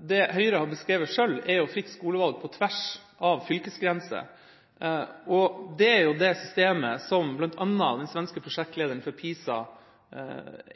Det Høyre har beskrevet sjøl, er fritt skolevalg på tvers av fylkesgrenser. Det er det systemet som bl.a. den svenske prosjektlederen for PISA